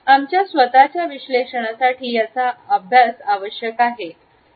आमच्या स्वतःच्या विश्लेषणासाठी त्याचा अभ्यास आवश्यक आहे